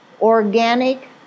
Organic